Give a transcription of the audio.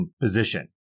position